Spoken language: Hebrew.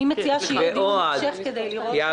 אני מציעה שיהיה דיון המשך כדי לראות.